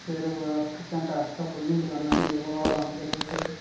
सवेरे कुतै इक घैंटे आस्तै खुलनी दकानां फ्ही ओह्दे बाद बंद करी ओड़दे हे